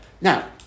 Now